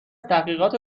تحقیقات